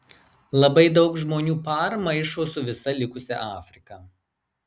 labai daug žmonių par maišo su visa likusia afrika